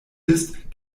ist